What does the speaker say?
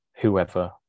whoever